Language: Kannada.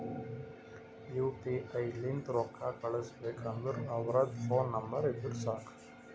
ಯು ಪಿ ಐ ಲಿಂತ್ ರೊಕ್ಕಾ ಕಳುಸ್ಬೇಕ್ ಅಂದುರ್ ಅವ್ರದ್ ಫೋನ್ ನಂಬರ್ ಇದ್ದುರ್ ಸಾಕ್